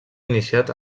iniciat